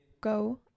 Go